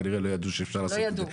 כנראה לא ידעו שאפשר לעשות את זה,